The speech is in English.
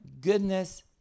goodness